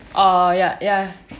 err ya ya